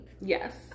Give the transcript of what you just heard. Yes